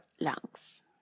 lungs